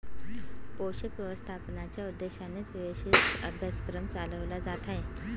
पोषक व्यवस्थापनाच्या उद्देशानेच विशेष अभ्यासक्रम चालवला जात आहे